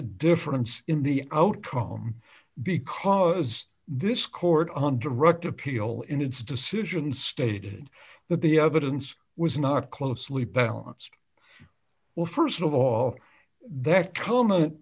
a difference in the outcome because this court on direct appeal in its decision stated that the evidence was not closely balanced well st of all that com